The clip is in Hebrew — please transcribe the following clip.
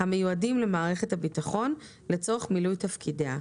המיועדים למערכת הביטחון לצורך מילוי תפקידיה,